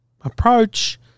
approach